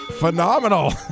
Phenomenal